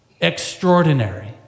extraordinary